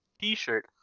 t-shirt